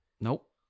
Nope